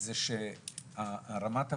תחשבו,